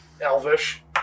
Elvish